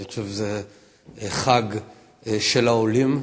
אני חושב שזה חג של העולים,